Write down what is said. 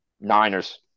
Niners